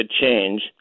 change